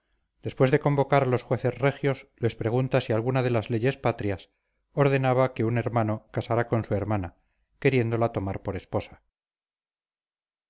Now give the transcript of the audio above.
después de convocar a los jueces regios les pregunta si alguna de las leyes patrias ordenaba que un hermano casara con su hermana queriéndola tomar por esposa